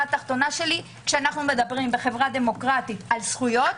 כשאנחנו מדברים בחברה דמוקרטית על זכויות,